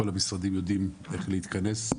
כל המשרדים יודעים איך להתכנס.